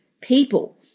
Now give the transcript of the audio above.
people